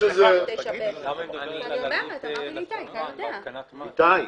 שתאגיד נכנס לבניין קיים,